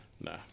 Nah